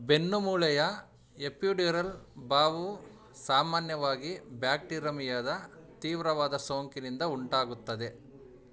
ಬೆನ್ನುಮೂಳೆಯ epidural ಬಾವು ಸಾಮಾನ್ಯವಾಗಿ ಬ್ಯಾಕ್ಟಿರಮಿಯಾದ ತೀವ್ರವಾದ ಸೋಂಕಿನಿಂದ ಉಂಟಾಗುತ್ತದೆ